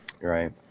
Right